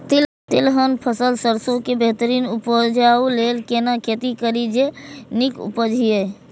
तिलहन फसल सरसों के बेहतरीन उपजाऊ लेल केना खेती करी जे नीक उपज हिय?